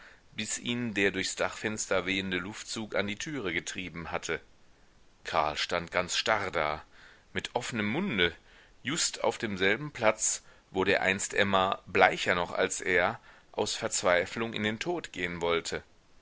bis ihn der durchs dachfenster wehende luftzug an die türe getrieben hatte karl stand ganz starr da mit offnem munde just auf demselben platz wo dereinst emma bleicher noch als er aus verzweiflung in den tod gehen wollte